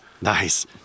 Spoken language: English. Nice